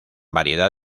variedad